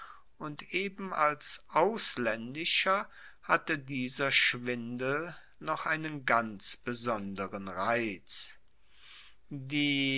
und eben als auslaendischer hatte dieser schwindel noch einen ganz besonderen reiz die